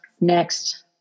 next